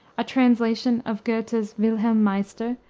a translation of goethe's wilhelm meister,